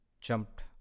jumped